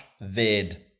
vid